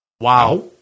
Wow